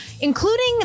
including